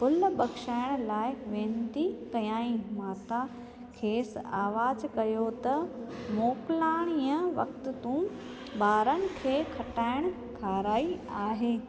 भुल बख़्शाइण लाइ वेनिती कयाई माता खेसि आवाज़ु कयो त मोकिलाणीईअ वक़्तु तूं ॿारनि खे खटाइण खाराई आहे